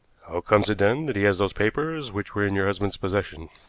how comes it, then, that he has those papers which were in your husband's possession?